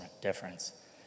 difference